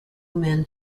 men